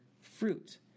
fruit